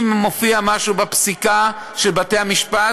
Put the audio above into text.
אם מופיע משהו בפסיקה של בתי המשפט,